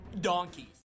Donkeys